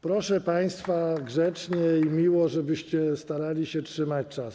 Proszę państwa grzecznie i miło, żebyście starali się trzymać czasu.